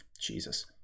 jesus